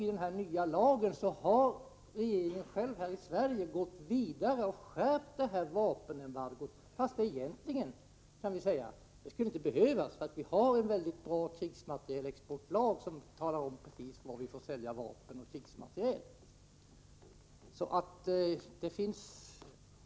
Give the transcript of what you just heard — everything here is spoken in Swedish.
I den nya lagen har regeringen här i Sverige gått vidare och skärpt vapenembargot, trots att det egentligen inte skulle behövas — vi har en mycket bra krigsmaterielexportlag, där det anges exakt till vilka vi får sälja vapen och krigsmateriel.